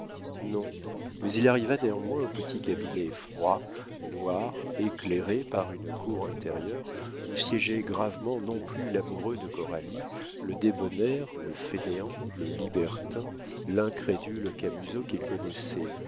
non mais il arriva néanmoins au petit cabinet froid noir éclairé par une cour intérieure où siégeait gravement non plus l'amoureux de coralie le débonnaire le fainéant le libertin l'incrédule camusot qu'il connaissait